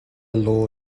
law